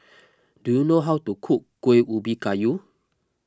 do you know how to cook Kuih Ubi Kayu